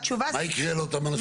מה יקרה לאותם אנשים?